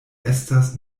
estas